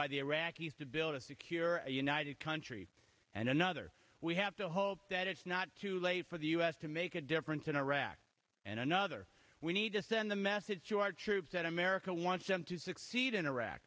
by the iraqis to build a secure united country and another we have to hope that it's not too late for the u s to make a difference in iraq and another we need to send a message to our troops that america wants them to succeed in iraq